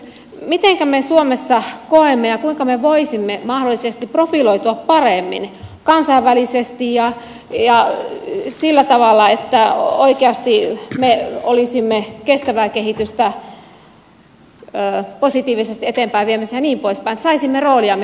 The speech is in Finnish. miten me suomessa koemme ja kuinka me voisimme mahdollisesti profiloitua paremmin kansainvälisesti ja sillä tavalla että oikeasti me olisimme kestävää kehitystä positiivisesti eteenpäin viemässä ja niin poispäin että saisimme rooliamme kuuluviin ja näkyviin